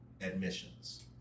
admissions